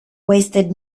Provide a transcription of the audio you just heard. wasted